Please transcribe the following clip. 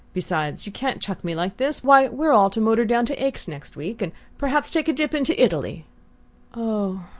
besides, you can't chuck me like this! why, we're all to motor down to aix next week, and perhaps take a dip into italy oh,